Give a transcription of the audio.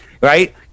right